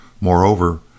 Moreover